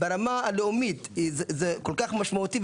ברמה הלאומית זה כל כך משמעותי,